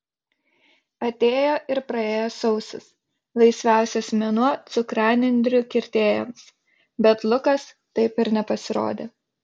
atėjo ir praėjo sausis laisviausias mėnuo cukranendrių kirtėjams bet lukas taip ir nepasirodė